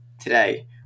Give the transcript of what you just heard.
today